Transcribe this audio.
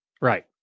Right